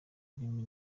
ururimi